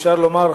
אפשר לומר,